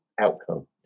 outcome